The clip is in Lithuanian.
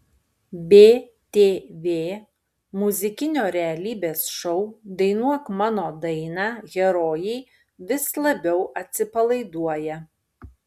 btv muzikinio realybės šou dainuok mano dainą herojai vis labiau atsipalaiduoja